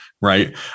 right